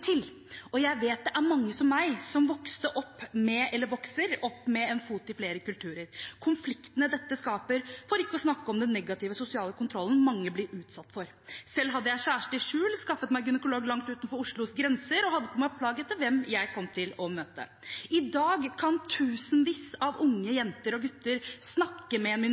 til. Jeg vet det er mange som meg, som vokste opp med, eller vokser opp med, en fot i flere kulturer, med konfliktene dette skaper, for ikke å snakke om den negative sosiale kontrollen mange blir utsatt for. Selv hadde jeg kjæreste i skjul, skaffet meg gynekolog langt utenfor Oslos grenser og hadde på meg plagg etter hvem jeg kom til å møte. I dag kan tusenvis av unge jenter og gutter snakke med en